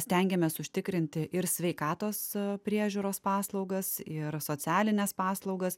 stengiamės užtikrinti ir sveikatos priežiūros paslaugas ir socialines paslaugas